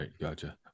Gotcha